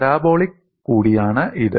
parabolic കൂടിയാണ് ഇത്